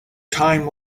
time